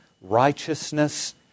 righteousness